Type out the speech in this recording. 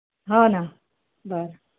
हो ना बरं